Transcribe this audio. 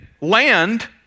land